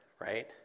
right